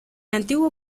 antiguo